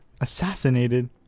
Assassinated